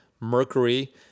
mercury